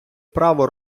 право